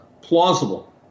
plausible